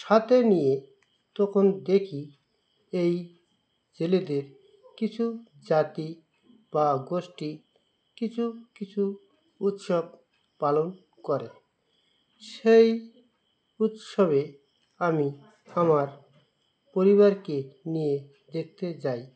সাথে নিয়ে তখন দেখি এই ছেলেদের কিছু জাতি বা গোষ্ঠী কিছু কিছু উৎসব পালন করে সেই উৎসবে আমি আমার পরিবারকে নিয়ে দেখতে যাই